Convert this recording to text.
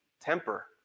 temper